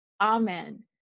Amen